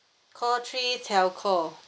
call three telco